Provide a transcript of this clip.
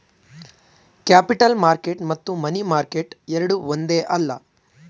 capital market ಮತ್ತು money market ಎರಡೂ ಒಂದೇ ಅಲ್ಲ